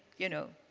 you know,